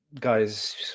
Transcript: guys